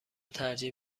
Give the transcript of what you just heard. ترجیح